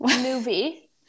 Movie